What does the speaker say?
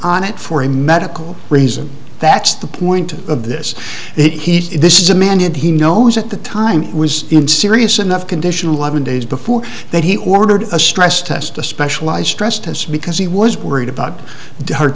on it for a medical reason that's the point of this he is this is a man and he knows at the time was in serious enough conditional eleven days before that he ordered a stress test a specialized stress tests because he was worried about heart